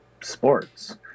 sports